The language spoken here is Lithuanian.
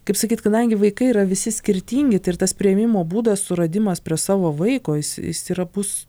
kaip sakyt kadangi vaikai yra visi skirtingi tai ir tas priėmimo būdas suradimas prie savo vaiko jis jis yra bus